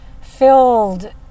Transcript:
filled